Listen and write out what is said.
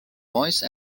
vice